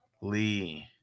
Lee